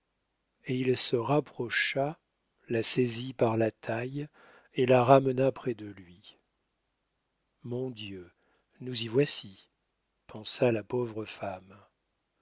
et il se rapprocha la saisit par la taille et la ramena près de lui mon dieu nous y voici pensa la pauvre femme